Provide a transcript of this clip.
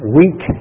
weak